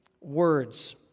words